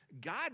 God